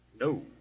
No